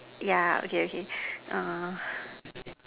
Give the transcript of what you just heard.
yeah okay okay